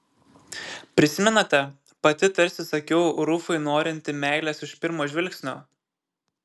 prisimenate pati tarsi sakiau rufui norinti meilės iš pirmo žvilgsnio